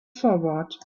forward